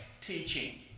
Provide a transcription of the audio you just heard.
teaching